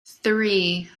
three